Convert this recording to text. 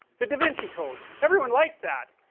the da vinci code, every one liked that,